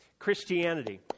Christianity